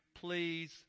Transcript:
please